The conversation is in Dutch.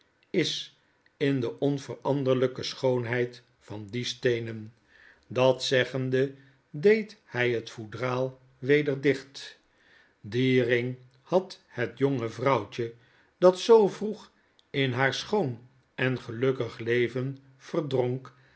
is in de onveranderlyke schoonheid van die steenen dat zeggende deecl hy het foudraal weder dicht dien ring had het jonge vrouwtje dat zoo vroeg in haar schoon en gelukkig leven verdronk